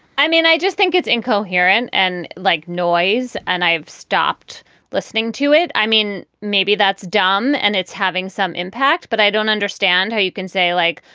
i mean, i just think it's incoherent and like noise, and i've stopped listening to it. i mean, maybe that's dumb and it's having some impact, but i don't understand how you can say, like,